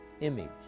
image